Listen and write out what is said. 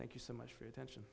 thank you so much for attention